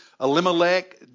Elimelech